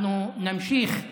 אנחנו נמשיך.